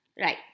right